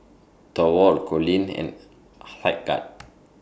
Thorwald Coleen and Hildegard